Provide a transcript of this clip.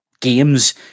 games